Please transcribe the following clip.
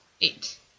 eight